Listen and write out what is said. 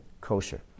kosher